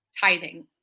tithing